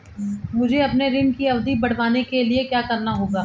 मुझे अपने ऋण की अवधि बढ़वाने के लिए क्या करना होगा?